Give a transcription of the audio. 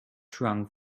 trunk